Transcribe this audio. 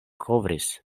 kovris